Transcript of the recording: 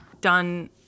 done